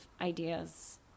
ideas